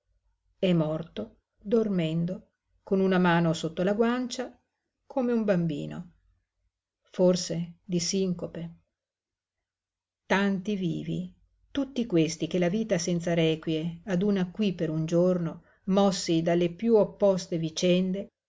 è morto dormendo con una mano sotto la guancia come un bambino forse di sincope tanti vivi tutti questi che la vita senza requie aduna qui per un giorno mossi dalle piú opposte vicende